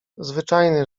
zwyczajny